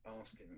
asking